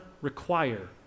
require